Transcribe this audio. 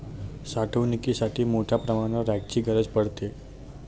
साठवणुकीसाठी मोठ्या प्रमाणावर रॅकची गरज पडते